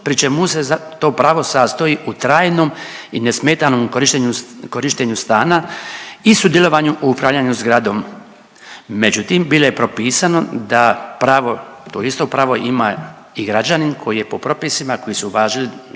pri čemu se to pravo sastoji u trajnom i nesmetanom korištenju, korištenju stana i sudjelovanju u upravljanju zgradom. Međutim, bilo je propisano da pravo, to isto pravo ima i građanin koji je po propisima koji su važili